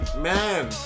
man